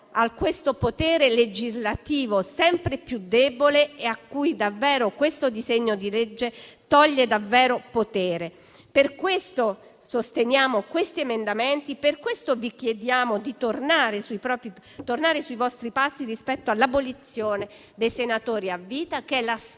a questo potere legislativo sempre più debole e a cui davvero il disegno di legge in esame toglie potere. Per questo sosteniamo tali emendamenti e vi chiediamo di tornare sui vostri passi rispetto all'abolizione dei senatori a vita, che è la spia